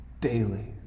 daily